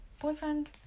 Boyfriend